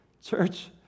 Church